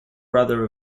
brother